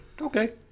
Okay